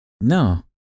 No